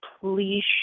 please